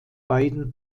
beiden